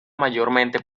mayormente